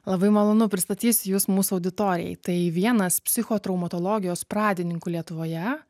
labai malonu pristatysiu jus mūsų auditorijai tai vienas psichotraumatologijos pradininkų lietuvoje